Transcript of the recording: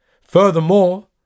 Furthermore